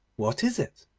what is it?